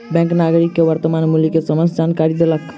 bank नागरिक के वर्त्तमान मूल्य के समस्त जानकारी देलक